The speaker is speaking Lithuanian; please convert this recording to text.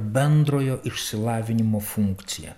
bendrojo išsilavinimo funkcija